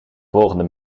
volgende